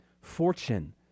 fortune